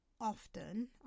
Often